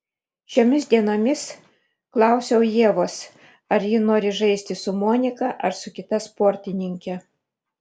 šiomis dienomis klausiau ievos ar ji nori žaisti su monika ar su kita sportininke